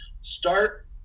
start